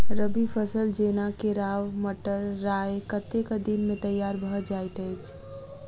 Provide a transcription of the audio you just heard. रबी फसल जेना केराव, मटर, राय कतेक दिन मे तैयार भँ जाइत अछि?